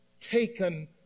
taken